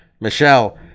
Michelle